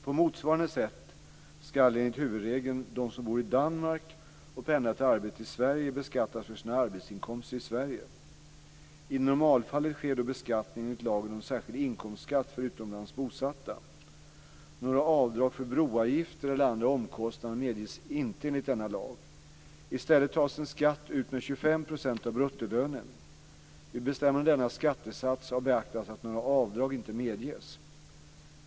På motsvarande sätt ska, enligt huvudregeln, de som bor i Danmark och pendlar till arbete i Sverige beskattas för sina arbetsinkomster i Sverige. I normalfallet sker då beskattningen enligt lagen om särskild inkomstskatt för utomlands bosatta, SINK. Några avdrag för broavgifter eller andra omkostnader medges inte enligt denna lag. I stället tas en skatt ut med 25 % av bruttolönen. Vid bestämmandet av denna skattesats har beaktats att några avdrag inte medges.